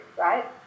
right